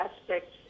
aspects